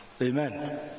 Amen